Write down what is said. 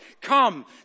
Come